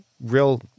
real